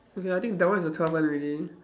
okay I think that one is the twelfth one already